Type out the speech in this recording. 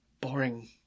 Boring